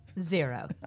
Zero